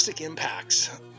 impacts